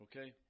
okay